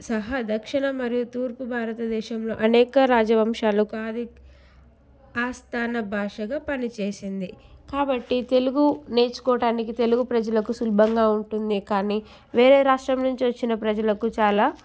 సహా దక్షిణ మరియు తూర్పు భారతదేశంలో అనేక రాజ వంశాలుకు ఆదిక్ ఆస్థాన భాషగా పనిచేసింది కాబట్టి తెలుగు నేర్చుకోవటానికి తెలుగు ప్రజలకు సులభంగా ఉంటుంది కానీ వేరే రాష్ట్రం నుంచి వచ్చిన ప్రజలకు చాలా